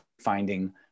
finding